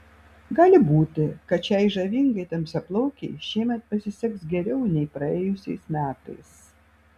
gali būti kad šiai žavingai tamsiaplaukei šiemet pasiseks geriau nei praėjusiais metais